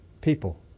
people